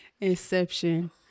Inception